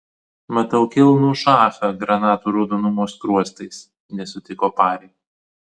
matau kilnų šachą granatų raudonumo skruostais nesutiko pari